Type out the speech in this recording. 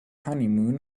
honeymoon